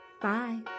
Bye